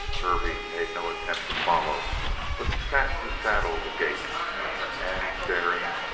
hervey made no attempt to follow but sat his saddle agape and staring,